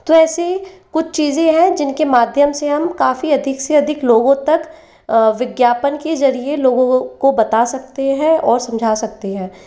तो ऐसी कुछ चीजें हैं जिनके माध्यम से हम काफी अधिक से अधिक लोगों तक विज्ञापन के जरिए लोगों को बता सकते हैं और समझा सकतें है